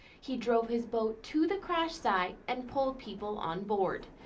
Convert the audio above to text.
he drove his boat to the crash site and pulled people on board.